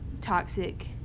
toxic